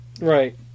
Right